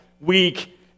weak